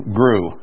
grew